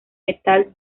metal